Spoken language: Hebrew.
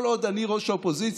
כל עוד אני ראש האופוזיציה,